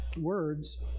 words